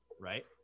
right